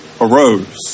arose